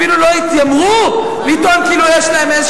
ואפילו לא התיימרו לטעון כאילו יש להם איזה